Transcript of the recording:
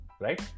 right